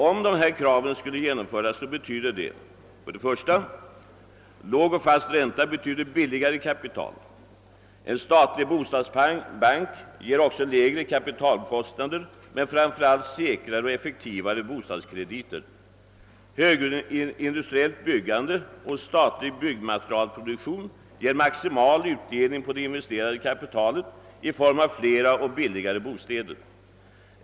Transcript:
Om dessa krav genomförs, så medför det följande. Låg och fast ränta betyder billigare kapital. En statlig bostadbank ger också lägre kapitalkostnader men framför allt säkrare och effektivare bostadskrediter. Högindustriellt byggande och statlig — byggmaterialproduktion «ger maximal utdelning på det investerade kapitalet i form av flera och billigare bostäder.